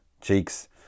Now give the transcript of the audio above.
cheeks